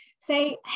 say